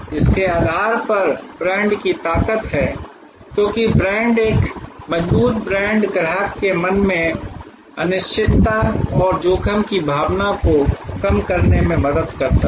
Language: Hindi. इसके आधार पर ब्रांड की ताकत है क्योंकि ब्रांड एक मजबूत ब्रांड ग्राहक के मन में अनिश्चितता और जोखिम की भावना को कम करने में मदद करता है